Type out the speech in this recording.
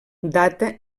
data